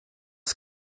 ist